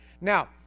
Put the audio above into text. Now